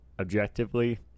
objectively